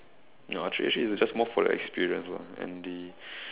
no archery actually is just more for the experience lah and the